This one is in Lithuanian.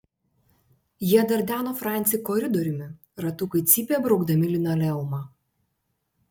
jie dardeno francį koridoriumi ratukai cypė braukdami linoleumą